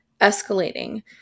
escalating